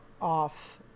off